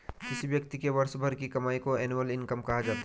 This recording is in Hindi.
किसी व्यक्ति के वर्ष भर की कमाई को एनुअल इनकम कहा जाता है